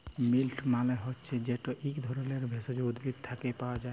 মিল্ট মালে হছে যেট ইক ধরলের ভেষজ উদ্ভিদ থ্যাকে পাওয়া যায়